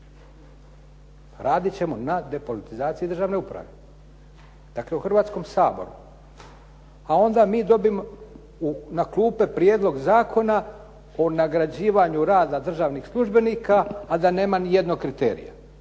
Raditi ćemo na depolitizaciji državne uprave. Dakle, u Hrvatskom saboru. A onda mi dobijemo na klupe Prijedlog zakona o nagrađivanju rada državnih službenika a da nema niti jednog kriterija.